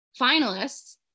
finalists